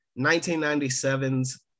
1997's